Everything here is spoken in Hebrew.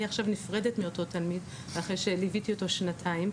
אני עכשיו נפרדת מאותו תלמיד אחרי שליוויתי אותו שנתיים.